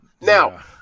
Now